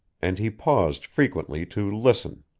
and he paused frequently to listen.